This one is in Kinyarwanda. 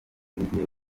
igihe